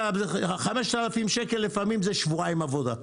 5,000 שקל לפעמים זה שבועיים עבודה,